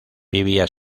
vivía